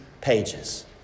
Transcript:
pages